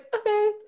okay